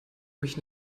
mich